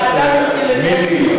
אתה אדם אינטליגנטי,